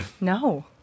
No